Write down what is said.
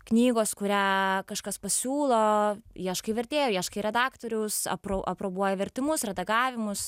knygos kurią kažkas pasiūlo ieškai vertėjo ieškai redaktoriaus apro aprobuoji vertimus redagavimus